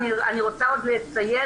אני רוצה עוד לציין,